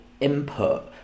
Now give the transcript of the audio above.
input